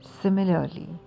Similarly